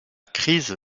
crise